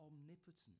omnipotent